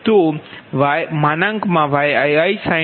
તો Yiisin⁡ Bii